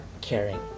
caring